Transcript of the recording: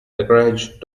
lekrjahre